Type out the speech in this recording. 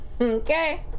okay